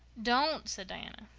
don't! said diana.